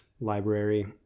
library